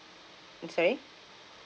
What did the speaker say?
I'm sorry